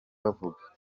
bavuga